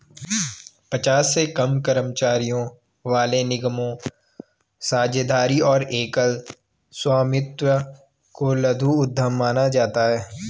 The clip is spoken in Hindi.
पचास से कम कर्मचारियों वाले निगमों, साझेदारी और एकल स्वामित्व को लघु उद्यम माना जाता है